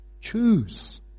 Choose